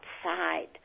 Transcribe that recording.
outside